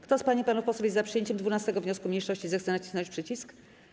Kto z pań i panów posłów jest za przyjęciem 12. wniosku mniejszości, zechce nacisnąć przycisk.